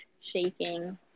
shaking